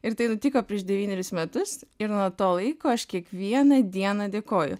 ir tai nutiko prieš devynerius metus ir nuo to laiko aš kiekvieną dieną dėkoju